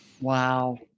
wow